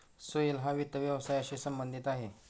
सोहेल हा वित्त व्यवसायाशी संबंधित आहे